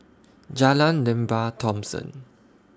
Jalan Lembah Thomson